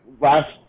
last